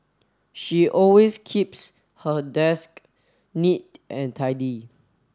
she always keeps her desk neat and tidy